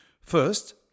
First